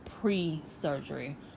pre-surgery